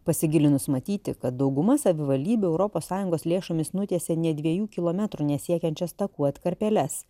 pasigilinus matyti kad dauguma savivaldybių europos sąjungos lėšomis nutiesė nė dviejų kilometrų nesiekiančias takų atkarpėles